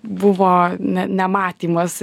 buvo ne nematymas